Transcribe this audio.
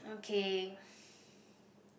okay